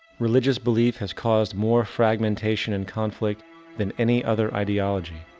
religious belief has caused more fragmentation and conflict than any other ideology.